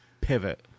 Pivot